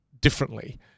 differently